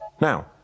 Now